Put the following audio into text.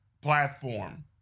platform